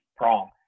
wrong